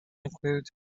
include